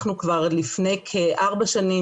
אנחנו כבר לפני כארבע שנים,